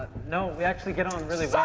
no, we actually get on really